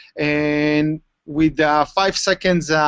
and with ah five seconds